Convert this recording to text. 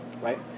right